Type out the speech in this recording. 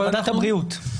זה ועדת הבריאות.